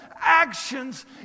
actions